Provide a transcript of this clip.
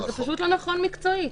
זה פשוט לא נכון מקצועית.